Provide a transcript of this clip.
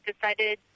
decided